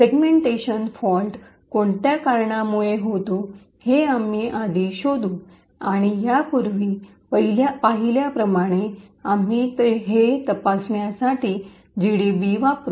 segmentation फॉल्टकोणत्या कारणामुळे होतो हे आम्ही आधी शोधू आणि यापूर्वी पहिल्या प्रमाणे आम्ही हे तपासण्यासाठी जीडीबी वापरू